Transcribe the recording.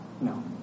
No